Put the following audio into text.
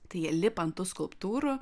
taijie lipa ant tų skulptūrų